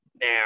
Now